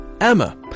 Emma